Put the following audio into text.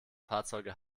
fahrzeuge